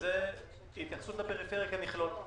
וזה התייחסות לפריפריה כמכלול.